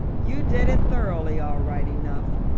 you did it thoroughly, all right enough,